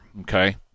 okay